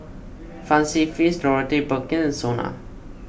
Fancy Feast Dorothy Perkins and Sona